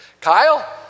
Kyle